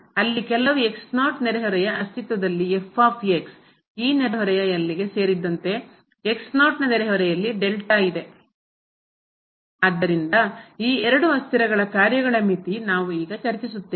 ಅಲ್ಲಿ ಕೆಲವು ನೆರೆಹೊರೆಯ ಅಸ್ತಿತ್ವದಲ್ಲಿ ಈ ನೆರೆಹೊರೆಯ ಗೆ ಸೇರಿದಂತೆ ನ ನೆರೆಹೊರೆಯಲ್ಲಿ ಇದೆ ಆದ್ದರಿಂದ ಎರಡು ಅಸ್ಥಿರಗಳ ಕಾರ್ಯಗಳ ಮಿತಿ ನಾವು ಈಗ ಚರ್ಚಿಸುತ್ತೇವೆ